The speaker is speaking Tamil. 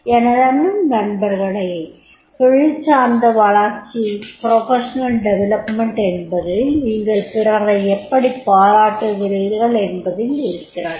எனதன்பு நண்பர்களே தொழில்சார்ந்த வளர்ச்சி என்பது நீங்கள் பிறரை எப்படி பாராட்டுகிறீர்கள் என்பதில் இருக்கிறது